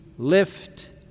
lift